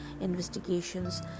investigations